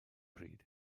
pryd